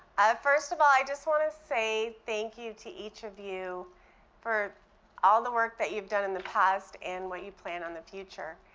first of all, i just want to say thank you to each of you for all the work that you've done in the past and what you plan on the future.